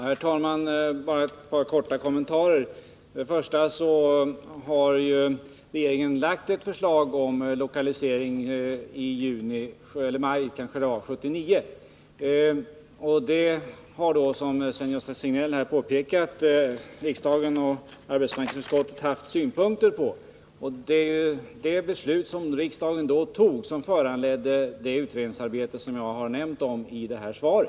Herr talman! Jag vill göra ett par korta kommentarer. Regeringen lade fram ett förslag om lokalisering i april 1979. Som Sven-Gösta Signell påpekade har arbetsmarknadsutskottet och riksdagen lämnat synpunkter på detta förslag, och det beslut som riksdagen fattade föranledde det utredningsarbete som jag redovisade i mitt svar.